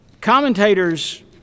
Commentators